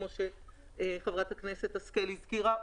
כמו שחברת הכנסת השכל הזכירה,